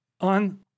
on